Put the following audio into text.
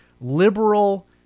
liberal